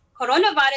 coronavirus